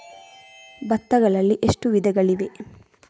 ಭತ್ತಗಳಲ್ಲಿ ಎಷ್ಟು ವಿಧಗಳಿವೆ?